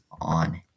on